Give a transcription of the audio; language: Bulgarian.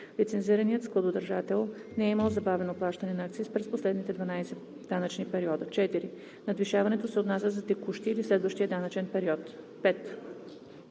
лицензираният складодържател не е имал забавено плащане на акциз през последните 12 данъчни периода; 4. надвишаването се отнася за текущия или следващия данъчен период; 5.